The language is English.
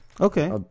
Okay